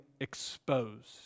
exposed